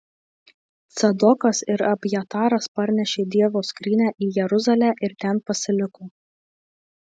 cadokas ir abjataras parnešė dievo skrynią į jeruzalę ir ten pasiliko